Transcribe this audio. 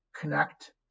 Connect